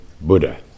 Buddha